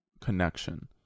connection